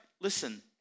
listen